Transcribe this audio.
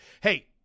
Hey